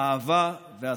האהבה והסבל.